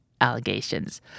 allegations